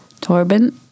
Torben